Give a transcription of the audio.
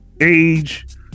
age